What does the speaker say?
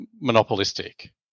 monopolistic